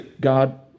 God